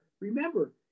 remember